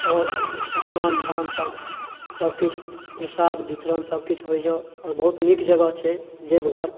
आओर असनान धिआनसब सबकिछु प्रसाद वितरण सबकिछु होइए आओर बहुत नीक जगह छै देवघर